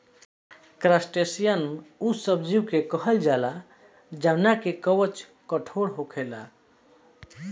crustacean उ सब जीव के कहल जाला जवना के कवच कठोर होखेला